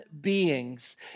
beings